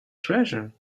treasure